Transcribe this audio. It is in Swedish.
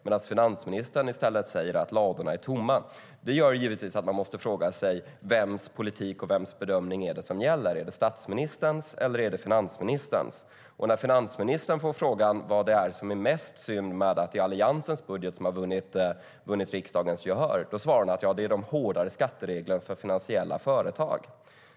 Men finansministern säger att ladorna är tomma. Det gör att man givetvis måste fråga sig vems politik och bedömning som gäller. Är det statsministerns eller finansministerns? När finansministern får frågan vad som är mest synd med att det är Alliansens budget som har vunnit riksdagens gehör svarar hon att det är de hårdare skattereglerna för finansiella företag.